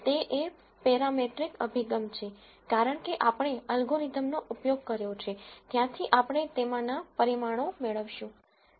તે એક પેરામેટ્રિક અભિગમ છે કારણ કે આપણે એલ્ગોરિધમનો ઉપયોગ કર્યો છે ત્યાંથી આપણે તેમાંના પરિમાણો મેળવીશું